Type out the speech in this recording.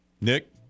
Nick